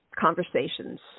conversations